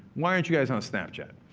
why aren't you guys on snapchat?